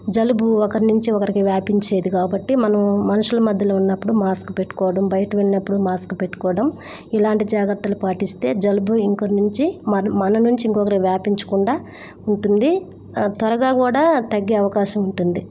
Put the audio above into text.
జలుబు ఒకరి నుండి ఒకరికి వ్యాపించేది కాబట్టి మనము మనుషుల మధ్యలో ఉన్నప్పుడు మాస్క్ పెట్టుకోవడం బయట వెళ్ళినప్పుడు మాస్క్ పెట్టుకోవడం ఇలాంటి జాగ్రత్తలు పాటిస్తే జలుబు ఇంకొకరి నుంచి మరు మన నుంచి ఇంకొకరికి వ్యాపించకుండా ఉంటుంది త్వరగా కూడా తగ్గే అవకాశం ఉంటుంది